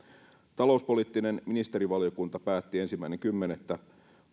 talouspoliittinen ministerivaliokunta päätti ensimmäinen kymmenettä